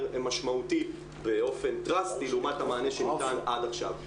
משמעותי באופן דרסטי לעומת המענה שניתן עד עכשיו.